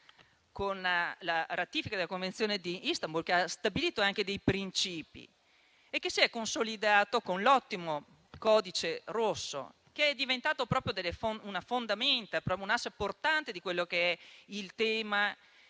con la ratifica della Convenzione di Istanbul, ha stabilito anche dei principi e si è consolidato con l'ottimo "codice rosso", che è diventato proprio un fondamento, un asse portante del tema,